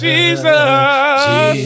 Jesus